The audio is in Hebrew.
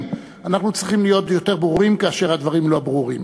אנחנו צריכים להיות יותר ברורים כאשר הדברים לא ברורים.